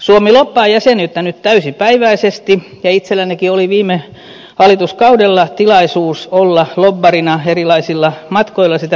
suomi lobbaa jäsenyyttä nyt täysipäiväisesti ja itsellänikin oli viime hallituskaudella tilaisuus olla lobbarina erilaisilla matkoilla sitä lobbaustyötä tehtiin